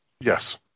Yes